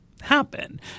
happen